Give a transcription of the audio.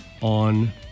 on